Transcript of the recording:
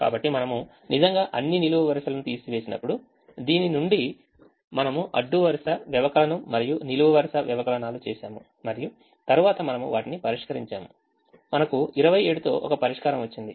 కాబట్టి మనము నిజంగా అన్ని నిలువు వరుసలను తీసివేసినప్పుడు దీని నుండి మనము అడ్డు వరుస వ్యవకలనం మరియు నిలువు వరుస వ్యవకలనాలు చేసాము మరియు తరువాత మనము వాటిని పరిష్కరించాము మనకు 27 తో ఒక పరిష్కారం వచ్చింది